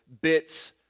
bits